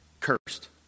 cursed